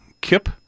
Kip